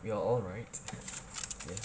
we are all right ya